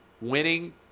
Winning